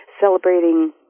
celebrating